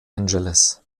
angeles